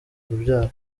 urubyaro